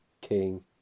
king